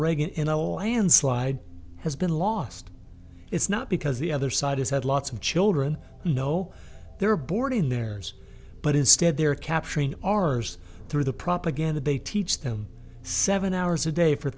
reagan in a landslide has been lost it's not because the other side is had lots of children you know they were born in there's but instead they're capturing ours through the propaganda they teach them seven hours a day for